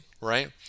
right